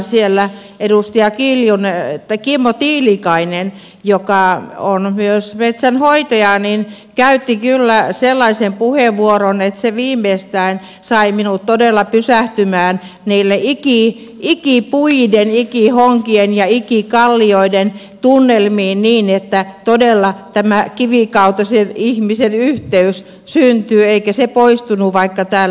siellä edustaja kimmo tiilikainen joka on myös metsänhoitaja käytti kyllä sellaisen puheenvuoron että se viimeistään sai minut todella pysähtymään niihin ikipuiden ikihonkien ja ikikallioiden tunnelmiin niin että todella tämä kivikautisen ihmisen yhteys syntyi eikä se poistunut vaikka täällä vähän paukuteltiin